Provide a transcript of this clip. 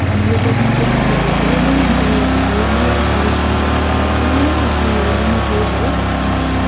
अनि यो परफ्युम चाहिँ मलाई धेरै नै मनपऱ्यो धेरै नै प्राइस पनि एकदमै उयो लिमिटेड है अन्त